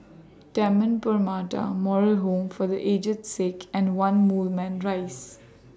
Taman Permata Moral Home For The Aged Sick and one Moulmein Rise